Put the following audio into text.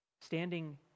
standing